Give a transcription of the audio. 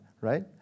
right